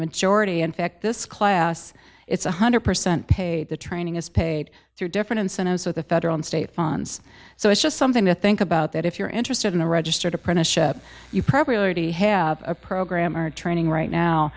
majority in fact this class it's one hundred percent paid the training is paid through different incentives with the federal state funds so it's just something to think about that if you're interested in a registered apprenticeship you probably already have a program or training right now